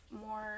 more